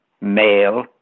male